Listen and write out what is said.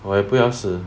我也不要死